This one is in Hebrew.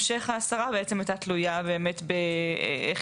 המשך ההסרה הייתה תלויה באמת באיך